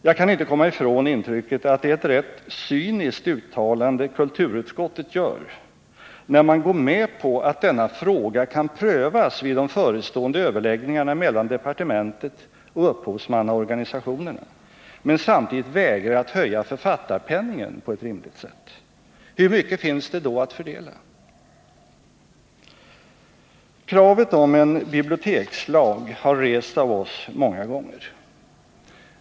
Jag kan inte komma ifrån intrycket att det är ett rätt cyniskt uttalande kulturutskottet gör, när man där går med på att denna fråga kan prövas vid de förestående överläggningarna mellan departementet och upphovsmannaorganisationerna men samtidigt vägrar att höja författarpenningen på ett rimligt sätt. Hur mycket finns det då att fördela? Kravet på en bibliotekslag har rests av oss många gånger.